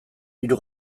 hiru